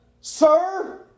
sir